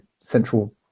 central